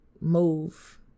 move